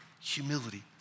humility